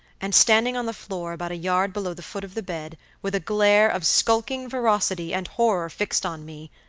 and, standing on the floor about a yard below the foot of the bed, with a glare of skulking ferocity and horror fixed on me,